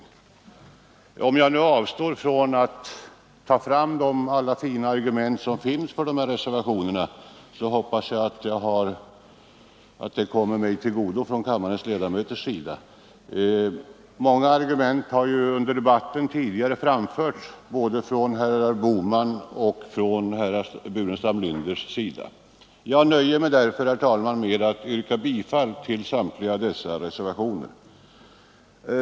Om jag nu avstår från att föra fram alla de fina argument som finns för de här reservationerna hoppas jag att det kommer mig till godo från kammarens ledamöters sida. Många argument har ju tidigare under debatten framförts av både herr Bohman och herr Burenstam Linder. Jag nöjer mig därför, herr talman, med att yrka bifall till samtliga dessa reservationer.